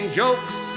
jokes